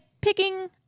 picking